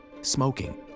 smoking